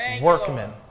Workmen